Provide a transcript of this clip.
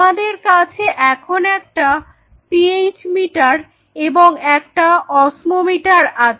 আমাদের কাছে এখন একটা পিএইচ মিটার এবং একটা অস্মোমিটার আছে